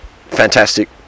fantastic